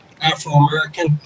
afro-american